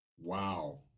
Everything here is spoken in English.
Wow